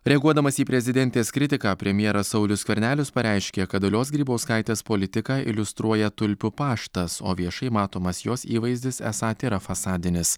reaguodamas į prezidentės kritiką premjeras saulius skvernelis pareiškė kad dalios grybauskaitės politiką iliustruoja tulpių paštas o viešai matomas jos įvaizdis esą tėra fasadinis